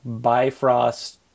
Bifrost